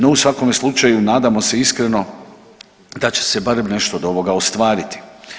No u svakome slučaju nadamo se iskreno da će se barem nešto od ovoga ostvariti.